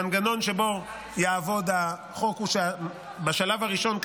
המנגנון שבו יעבוד החוק הוא שבשלב הראשון,